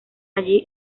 allí